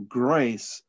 grace